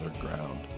ground